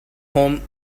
home